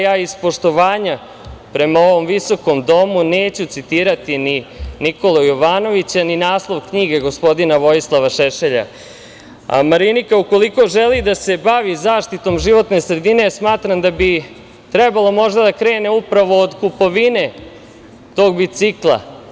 Ja iz poštovanja prema ovom viskom domu neću citirati ni Nikolu Jovanovića niti naslov knjige gospodina Vojislava Šešelja, a Marinika ukoliko želil da se bavi zaštitom životne sredine smatram da bi trebalo možda da krene upravo od kupovine tog bicikla.